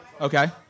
Okay